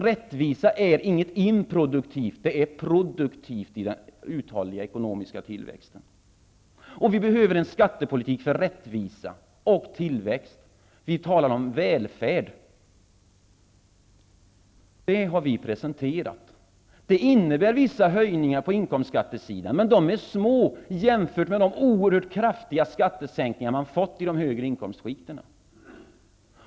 Rättvisa är inte något improduktivt. Det är produktivt i den uthålliga ekonomiska tillväxten. Vi behöver en skattepolitik för rättvisa och tillväxt. Vi talar om välfärd. Det har vi presenterat. Det innebär vissa höjningar på inkomstskattesidan. Men de är små jämfört med de oerhört kraftiga skattesänkningar man har fått i de högre inkomstskikten.